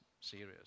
serious